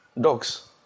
Dogs